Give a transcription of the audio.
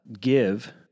give